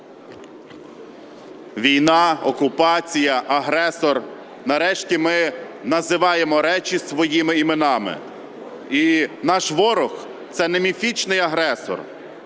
Війна, окупація, агресор. Нарешті ми називаємо речі своїми іменами. І наш ворог – це не міфічний агресор,